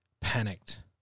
panicked